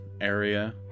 area